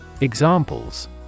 Examples